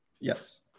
Yes